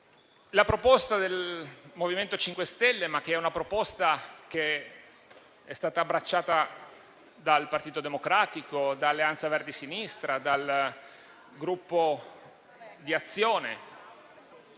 La proposta del MoVimento 5 Stelle, che è stata abbracciata dal Partito Democratico, da Alleanza Verdi e Sinistra, dal Gruppo